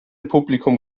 publikum